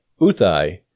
Uthai